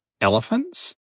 elephants